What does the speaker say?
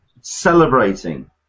celebrating